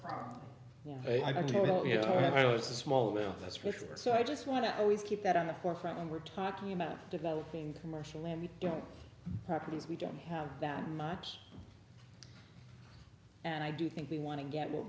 probably you know it was a small will that's for sure so i just want to always keep that on the forefront when we're talking about developing commercially and we don't properties we don't have that much and i do think we want to get what